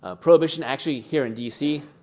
ah prohibition actually here in d c.